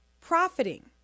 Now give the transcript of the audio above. profiting